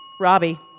Robbie